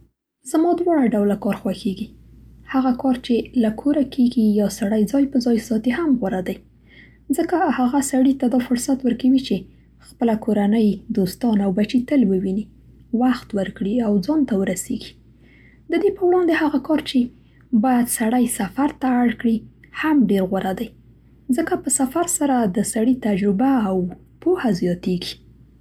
زما دواړه ډوله کار خوښېږي. هغه کار چې له کوره کېږي یا سړی ځای په ځای ساتي هم غوره دی؛ ځکه هغه سړي ته دا فرصت ور کوي چې خپله کورنۍ، دوستان او بچي تل وویني، وخت ور کړي او ځان ته ورسېږي. د دې په وړاندې هغه کار چې باید سړی سفر ته اړ کړي هم ډېره غوره دی؛ ځکه په سفر سره د سړي تجربه او پوهه زیاتېږي.